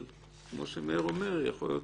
כמו שמאיר אומר, יכול להיות